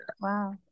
Wow